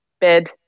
bed